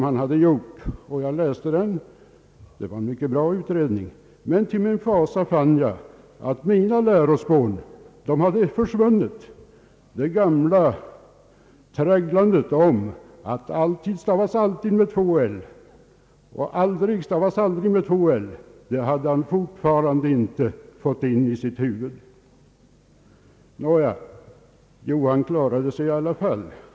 Jag läste den och fann att det var en mycket bra utredning, men till min fasa såg jag att spåren av min undervisning hade försvunnit. Det gamla tragglandet om att »alltid stavas alltid med två 1» och »aldrig stavas aldrig med två 1» tycktes inte ha gått in i hans huvud. Nåja, Johan klarade sig i alla fall.